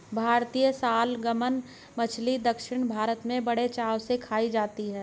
भारतीय सालमन मछली दक्षिण भारत में बड़े चाव से खाई जाती है